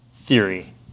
theory